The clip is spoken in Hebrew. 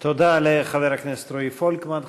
תודה לחבר הכנסת רועי פולקמן.